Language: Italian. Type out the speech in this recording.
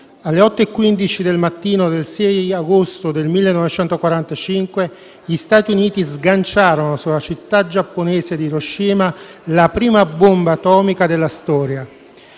alle 8,15 del mattino del 6 agosto del 1945 gli Stati Uniti sganciarono, sulla città giapponese di Hiroshima, la prima bomba atomica della storia.